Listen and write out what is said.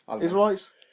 Israelites